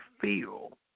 feel